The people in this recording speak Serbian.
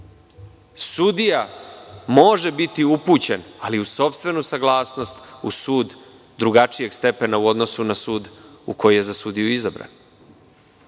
Sudija može biti upućen, ali uz sopstvenu saglasnost, u sud drugačijeg stepena u odnosu na sud u koji je za sudiju izabran.